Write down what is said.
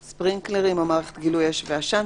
(ספרינקלרים) או מערכת גילוי אש ועשן,